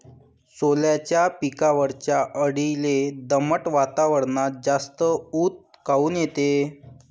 सोल्याच्या पिकावरच्या अळीले दमट वातावरनात जास्त ऊत काऊन येते?